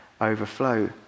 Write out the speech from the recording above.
overflow